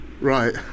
Right